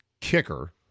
kicker